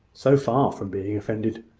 so far from being offended,